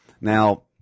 Now